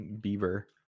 beaver